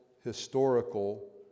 historical